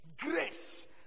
Grace